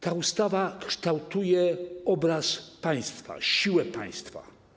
Ta ustawa kształtuje obraz państwa, siłę państwa.